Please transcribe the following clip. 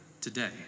today